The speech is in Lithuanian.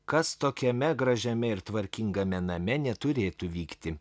kas tokiame gražiame ir tvarkingame name neturėtų vykti